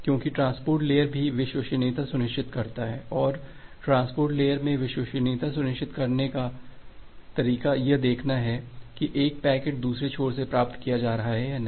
क्योंकि transport layer भी विश्वसनीयता सुनिश्चित करता है और ट्रांसपोर्ट लेयर में विश्वसनीयता सुनिश्चित करने का तरीका यह देखना है कि एक पैकेट दूसरे छोर से प्राप्त किया जा रहा है या नहीं